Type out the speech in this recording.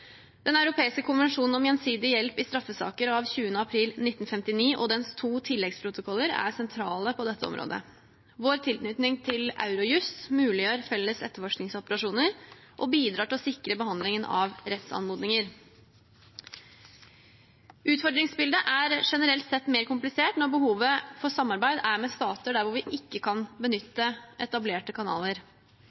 Den europeiske konvensjon om gjensidig hjelp i straffesaker av 20. april 1959 og dens to tilleggsprotokoller er sentrale på dette området. Vår tilknytning til Eurojust muliggjør felles etterforskningsoperasjoner og bidrar til å sikre behandlingen av rettsanmodninger. Utfordringsbildet er generelt sett mer komplisert når behovet for samarbeid er med stater hvor vi ikke kan benytte etablerte kanaler.